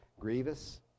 grievous